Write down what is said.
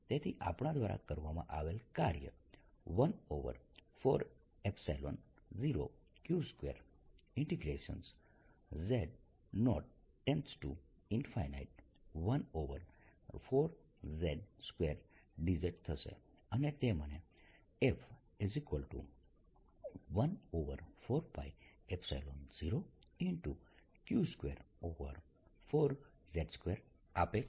તેથી આપણા દ્વારા કરવામાં આવેલ કાર્ય 140q2z014z2 dz થશે અને તે મને F140q24z2 આપે છે